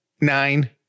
nine